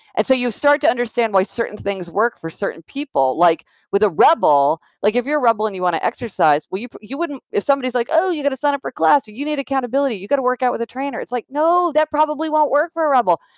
and so you start to understand why certain things work for certain people. like with a rebel, like if you're a rebel and you want to exercise, you wouldn't. if somebody is like, oh, you got to sign up for class. you you need accountability. you got to work out with a trainer, it's like, no, that probably won't work for a rebel.